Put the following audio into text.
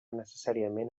necessàriament